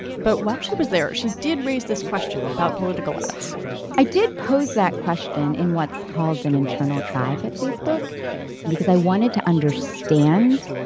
but while she was there she did raise this question about political ads i did pose that question in what's called an internal tribe at facebook because i wanted to understand